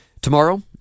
Tomorrow